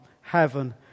heaven